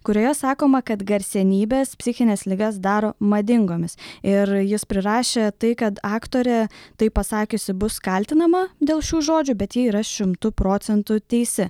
kurioje sakoma kad garsenybės psichines ligas daro madingomis ir jis prirašė tai kad aktorė tai pasakiusi bus kaltinama dėl šių žodžių bet ji yra šimtu procentų teisi